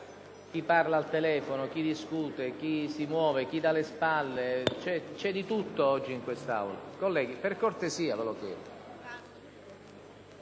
Chi parla al telefono, chi discute, chi si muove, chi dà le spalle, c'è di tutto oggi in quest'Aula!